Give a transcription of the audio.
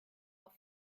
auf